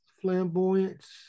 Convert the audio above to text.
flamboyance